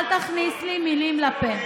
אל תכניס לי מילים לפה.